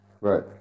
Right